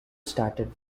started